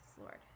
Lord